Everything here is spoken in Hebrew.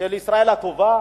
של ישראל הטובה,